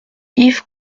yves